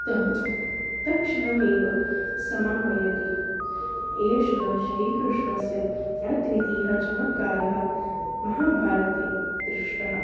तत् तक्षणमेव समापयति एषः श्रीकृष्णस्य अद्वितीयः चमत्कारः महाभारते दृष्टः